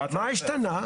מה השתנה?